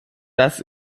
das